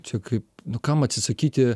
čia kaip kam atsisakyti